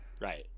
right